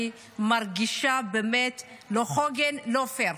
אני מרגישה, באמת לא הוגן, לא פייר.